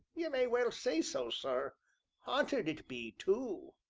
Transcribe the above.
ye may well say so, sir haunted it be, tu.